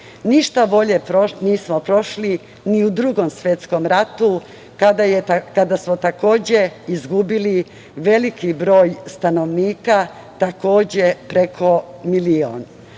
bolje nismo prošli ni u Drugom svetskom ratu, kada smo, takođe, izgubili veliki broj stanovnika, takođe preko milion. Ono